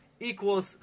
equals